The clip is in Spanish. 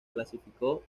clasificó